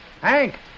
Hank